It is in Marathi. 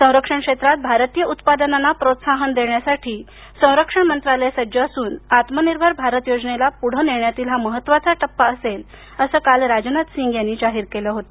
संरक्षण क्षेत्रात भारतीय उत्पादनांना प्रोत्साहन देण्यासाठी संरक्षण मंत्रालय सज्ज असून आत्मनिर्भर भारत योजनेला पुढे नेण्यातील हा महत्त्वाचा टप्पा असेल असं काल राजनाथ सिंह यांनी जाहीर केलं होत